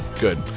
good